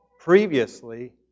previously